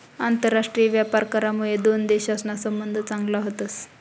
आंतरराष्ट्रीय व्यापार करामुये दोन देशसना संबंध चांगला व्हतस